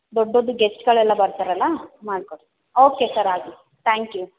ದೊಡ್ಡ ದೊಡ್ಡದು ಗೆಸ್ಟ್ಗಳೆಲ್ಲ ಬರ್ತಾರಲ್ಲ ಮಾಡಿಕೊಡಿ ಓಕೆ ಸರ್ ಆಗಲಿ ತ್ಯಾಂಕ್ ಯು